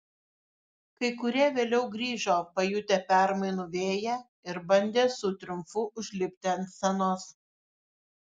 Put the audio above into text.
kai kurie vėliau grįžo pajutę permainų vėją ir bandė su triumfu užlipti ant scenos